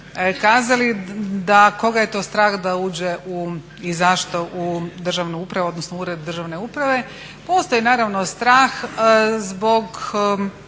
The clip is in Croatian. kazali da koga je to strah da uđe i zašto u državnu upravu, odnosno Ured državne uprave? Postoji naravno strah zbog